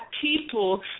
people